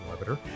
Orbiter